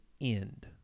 end